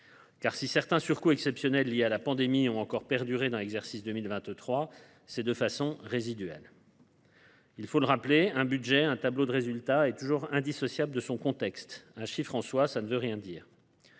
si certains surcoûts exceptionnels liés à la pandémie ont encore perduré dans l’exercice 2023, c’est de façon résiduelle. Il faut le rappeler : un budget ou un tableau de résultats est toujours indissociable de son contexte. Un chiffre, en soi, ne veut rien dire.